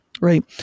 Right